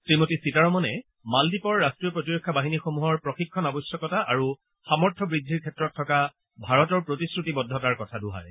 শ্ৰীমতী সীতাৰমণে মালদ্বীপৰ ৰাষ্ট্ৰীয় প্ৰতিৰক্ষা বাহিনীসমূহৰ প্ৰশিক্ষণ আৱশ্যকতা আৰু সামৰ্থ্য বৃদ্ধিৰ ক্ষেত্ৰত থকা ভাৰতৰ প্ৰতিশ্ৰুতিবদ্ধতাৰ কথা দোহাৰে